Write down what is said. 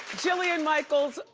jillian michaels,